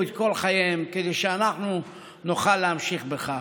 את כל חייהם כדי שאנחנו נוכל להמשיך בכך,